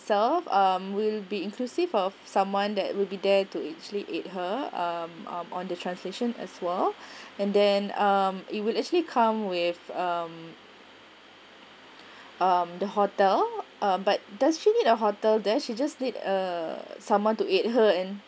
so will be inclusive of someone that will be there to actually aide her um on on the translation as well and then um it will actually come with um um the hotel but does she need a hotel there she just need err someone to aide her and